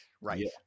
right